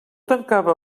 tancava